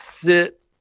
sit